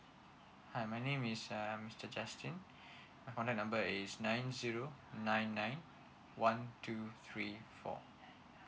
hi my name is um mr justin my contact number is nine zero nine nine one two three four